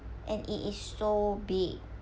and it is so big